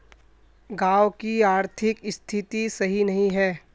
गाँव की आर्थिक स्थिति सही नहीं है?